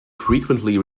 frequently